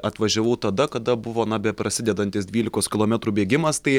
atvažiavau tada kada buvo na beprasidedantis dvylikos kilometrų bėgimas tai